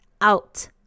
out